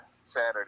saturday